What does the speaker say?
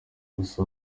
gusa